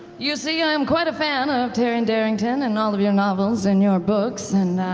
you see, i am quite a fan ah of taryon darrington and all of your novels and your books and